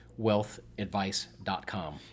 wealthadvice.com